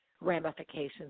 ramifications